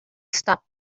stop